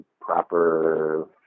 proper